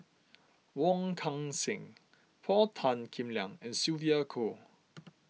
Wong Kan Seng Paul Tan Kim Liang and Sylvia Kho